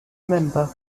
member